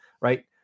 right